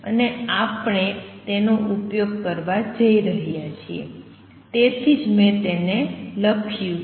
અને આપણે તેનો ઉપયોગ કરવા જઈ રહ્યા છીએ તેથી જ મેં તેને લખ્યું છે